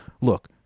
look